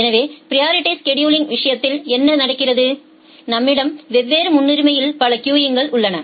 எனவே priority scheduling விஷயத்தில் என்ன நடக்கிறது நம்மிடம் வெவ்வேறு முன்னுரிமையில் பல கியூகள் உள்ளன